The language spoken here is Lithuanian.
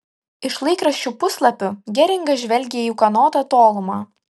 iš laikraščių puslapių geringas žvelgė į ūkanotą tolumą